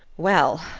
well,